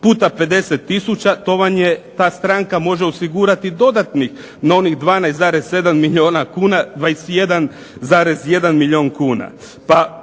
puta 50000 to vam je, ta stranka može osigurati dodatnih na onih 12,7 milijuna kuna, 21,1 milijun kuna.